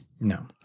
no